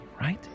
right